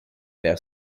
per